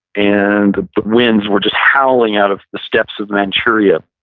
and the winds were just howling out of the steps of manchuria.